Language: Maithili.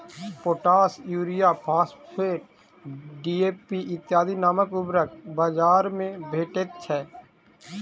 पोटास, यूरिया, फास्फेट, डी.ए.पी इत्यादि नामक उर्वरक बाजार मे भेटैत छै